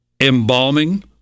embalming